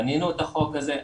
בנינו את החוק הזה,